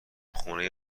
خونه